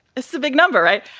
it's the big number, right.